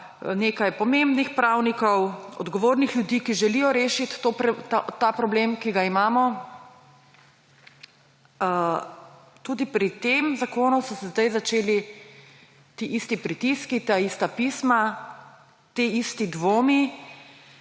nekaj pomembnih pravnikov, odgovornih ljudi, ki želijo rešiti ta problem, ki ga imamo, so se tudi pri tem zakonu začeli ti isti pritiski, ta ista pisma, ti isti dvomi.